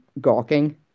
gawking